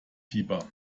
fieber